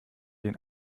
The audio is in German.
den